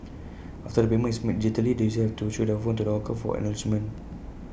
after the payment is made digitally the users have to show their phone to the hawker for acknowledgement